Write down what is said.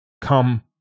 Come